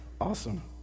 Awesome